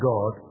God